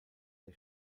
der